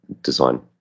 design